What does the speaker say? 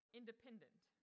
independent